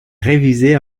réviser